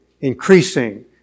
increasing